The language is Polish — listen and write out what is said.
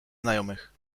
znajomych